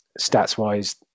Stats-wise